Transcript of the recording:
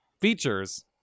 features